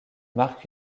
marque